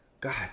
God